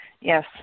Yes